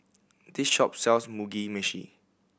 this shop sells Mugi Meshi